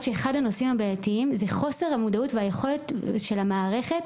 שאחד הנושאים הבעייתיים זה חוסר המודעות וחוסר היכולת של המערכת